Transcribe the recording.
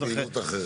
זו פעילות אחרת.